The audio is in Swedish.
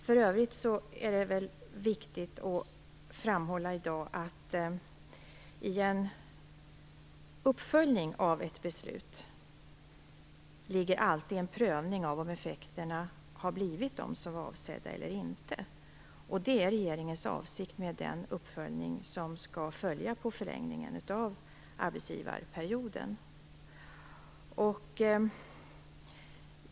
För övrigt är det viktigt att framhålla att i en uppföljning av ett beslut ligger alltid en prövning av om effekterna har blivit de avsedda eller inte. Det är regeringens avsikt med den uppföljning som skall följa på förlängningen av arbetsgivarperioden.